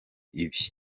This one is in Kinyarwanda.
ibi